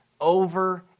over